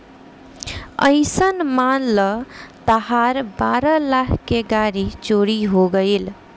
अइसन मान ल तहार बारह लाख के गाड़ी चोरी हो गइल